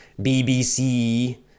BBC